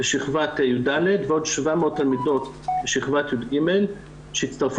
בשכבת יד' ועוד 700 תלמידות בשכבת יג' שהצטרפו